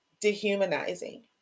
dehumanizing